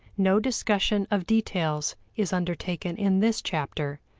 no discussion of details is undertaken in this chapter,